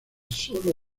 solo